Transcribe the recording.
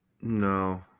no